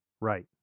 Right